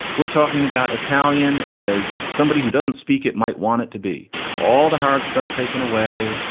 we're talking about italian. as somebody who doesn't speak, it might want it to be all the hard stuff taken away.